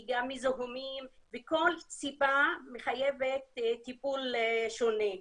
היא גם מזיהומים וכל סיבה מחייבת טיפול שונה.